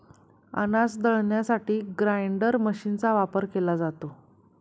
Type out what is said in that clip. अनाज दळण्यासाठी ग्राइंडर मशीनचा वापर केला जातो